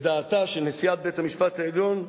את דעתה של נשיאת בית-המשפט העליון,